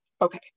Okay